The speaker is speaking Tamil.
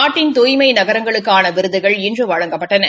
நாட்டின் தூய்மை நகரங்களுக்கான விருதுகள் இன்று வழங்கப்பட்டன